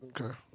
Okay